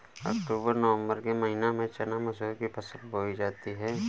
अक्टूबर नवम्बर के महीना में चना मसूर की फसल बोई जाती है?